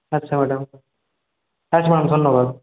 আচ্ছা ম্যাডাম আচ্ছা ম্যাম ধন্যবাদ